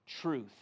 truth